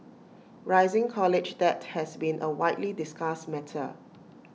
rising college debt has been A widely discussed matter